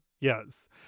yes